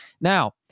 Now